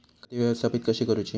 खाती व्यवस्थापित कशी करूची?